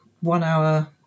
one-hour